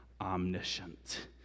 omniscient